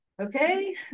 Okay